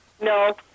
No